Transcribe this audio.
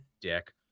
dick